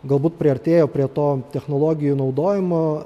galbūt priartėjo prie to technologijų naudojimo